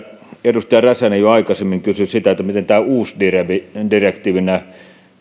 edustaja räsänen jo aikaisemmin kysyi siitä miten tämä uusi direktiivi